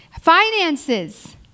finances